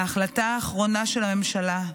ההחלטה האחרונה של הממשלה,